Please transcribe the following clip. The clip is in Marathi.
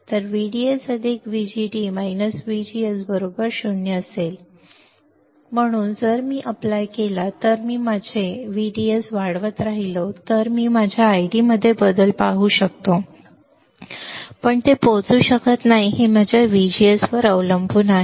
VDS VGD VGS 0 म्हणून जर मी एप्लाय केला तर मी माझे VDS वाढवत राहिलो मी माझ्या ID मध्ये बदल पाहू शकतो पण ते पोहोचू शकत नाही हे माझ्या VGS वर अवलंबून आहे